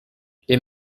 les